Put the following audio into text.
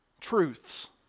truths